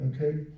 Okay